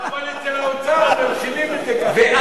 אבל אצל האוצר, ואז,